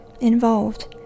involved